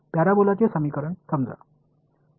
पॅराबोलाचे समीकरण समजा